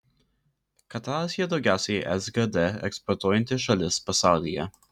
kataras yra daugiausiai sgd eksportuojanti šalis pasaulyje